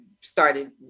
started